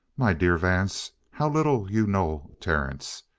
my dear vance, how little you know terence!